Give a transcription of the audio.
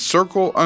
Circle